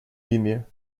línea